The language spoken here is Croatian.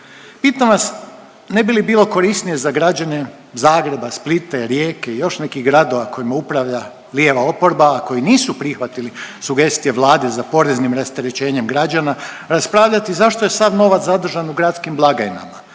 Pitam vas, ne bi li bili korisnije za građane Zagreba, Splita, Rijeke i još nekih gradova kojima upravlja lijeva oporba, a koji nisu prihvatili sugestije Vlade za poreznim rasterećenjem građana raspravljati zašto je sav novac zadržan u gradskim blagajnama,